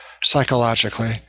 psychologically